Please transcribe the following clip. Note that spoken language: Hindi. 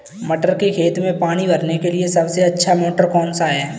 मटर के खेत में पानी भरने के लिए सबसे अच्छा मोटर कौन सा है?